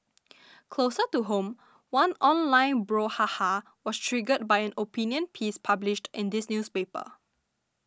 closer to home one online brouhaha was triggered by an opinion piece published in this newspaper